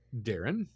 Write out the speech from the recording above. Darren